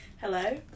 Hello